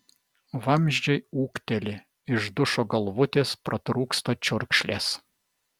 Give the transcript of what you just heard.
vamzdžiai ūkteli iš dušo galvutės pratrūksta čiurkšlės